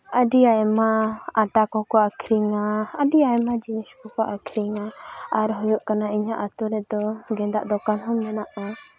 ᱟᱹᱰᱤ ᱟᱭᱢᱟ ᱟᱸᱴᱟ ᱠᱚᱠᱚ ᱟᱠᱷᱨᱤᱧᱟ ᱟᱹᱰᱤ ᱟᱭᱢᱟ ᱡᱤᱱᱤᱥ ᱠᱚᱠᱚ ᱟᱠᱷᱨᱤᱧᱟ ᱟᱨ ᱦᱩᱭᱩᱜ ᱠᱟᱱᱟ ᱤᱧᱟᱹᱜ ᱟᱹᱛᱩ ᱨᱮᱫᱚ ᱜᱮᱸᱫᱟᱜ ᱫᱚᱠᱟᱱ ᱦᱚᱸ ᱢᱮᱱᱟᱜᱼᱟ